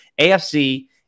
AFC